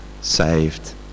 saved